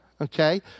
okay